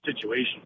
situation